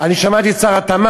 אני שמעתי את שר התמ"ת: